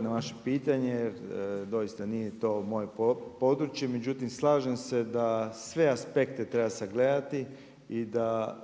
na vaše pitanje jer doista nije to moje područje, međutim slažem se da sve aspekte treba sagledati i da